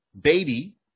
Baby